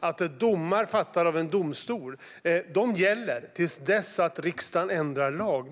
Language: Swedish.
att domar som har fattats av en domstol gäller till dess riksdagen ändrar lagen.